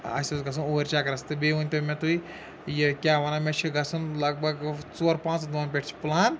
اَسہِ اوس گژھُن اوٗرۍ چکرَس تہٕ بیٚیہِ ؤنۍ تو مےٚ تُہۍ یہِ کیٛاہ وَنان مےٚ چھِ گژھُن لگ بگ ژور پانٛژَن دۄہَن پٮ۪ٹھ چھِ پٕلان